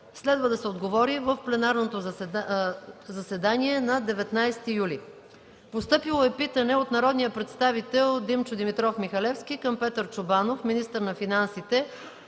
Следва да се отговори в пленарното заседание на 19 юли 2013 г.; - народния представител Димчо Димитров Михалевски към Петър Чобанов – министър на финансите,